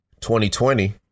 2020